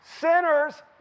Sinners